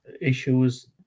issues